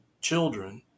children